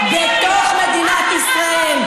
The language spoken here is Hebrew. בתוך מדינת ישראל.